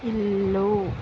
ఇల్లు